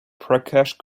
prakash